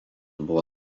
buvo